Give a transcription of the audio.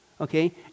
Okay